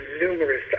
numerous